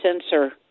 sensor